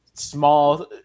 small